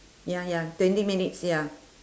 ya ya twenty minutes ya